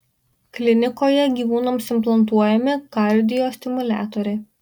klinikoje gyvūnams implantuojami kardiostimuliatoriai